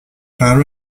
raro